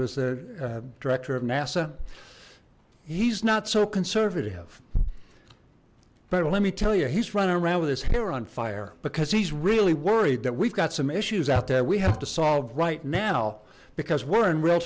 the director of nasa he's not so conservative but let me tell you he's running around with his hair on fire because he's really worried that we've got some issues out there we have to solve right now because we're in real